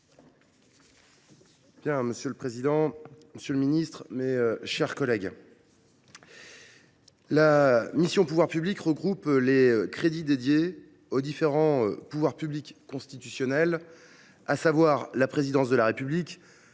Monsieur le président, monsieur le ministre, mes chers collègues, la mission « Pouvoirs publics » regroupe les crédits consacrés aux différents pouvoirs publics constitutionnels, à savoir la Présidence de la République,